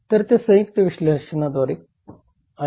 तर ते संयुक्त विश्लेषणाद्वारे आहे